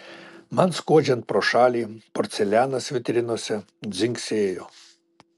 man skuodžiant pro šalį porcelianas vitrinose dzingsėjo